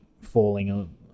falling